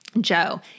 Joe